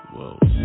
Whoa